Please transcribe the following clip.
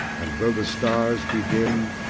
and though the stars be dim,